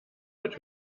wird